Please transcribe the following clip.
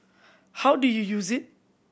how do you use it